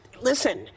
Listen